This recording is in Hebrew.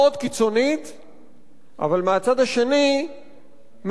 אבל מהצד השני מאוד שמרנית וזהירה,